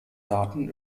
daten